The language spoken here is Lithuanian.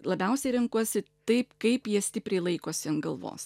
labiausiai renkuosi taip kaip jie stipriai laikosi ant galvos